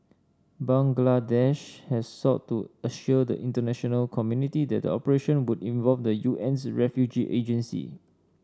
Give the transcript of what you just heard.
Bangladesh has sought to assure the international community that the operation would involve the UN's refugee agency